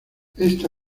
esta